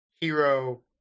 hero